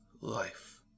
Life